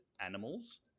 animals